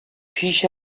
پیش